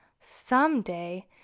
Someday